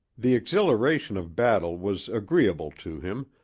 the exhilaration of battle was agreeable to him,